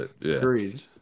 Agreed